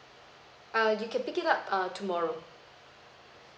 err you can pick it up err tomorrow